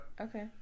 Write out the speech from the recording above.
Okay